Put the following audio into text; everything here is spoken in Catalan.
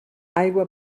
aigua